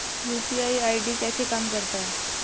UPI ID कैसे काम करता है?